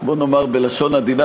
נאמר בלשון עדינה,